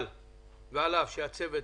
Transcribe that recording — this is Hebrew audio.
ועל אף שהצוות